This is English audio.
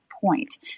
point